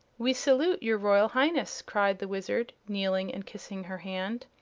we salute your royal highness! cried the wizard, kneeling and kissing her hand.